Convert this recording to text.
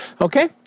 Okay